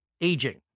aging